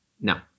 No